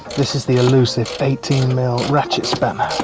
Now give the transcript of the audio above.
this is the illusive eighteen mm ratchet spanner